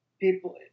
people